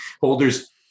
holders